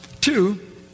Two